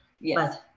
yes